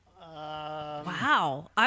Wow